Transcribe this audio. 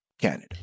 canada